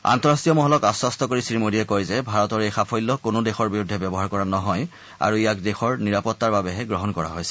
আন্তঃৰাষ্ট্ৰীয় মহলক আশ্বস্ত কৰি শ্ৰীমোদীয়ে কয় যে ভাৰতৰ এই সাফল্যক কোনো দেশৰ বিৰুদ্ধে ব্যৱহাৰ কৰা নহয় আৰু ইয়াক দেশৰ নিৰাপত্তাৰ বাবেহে গ্ৰহণ কৰা হৈছে